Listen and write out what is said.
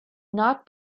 not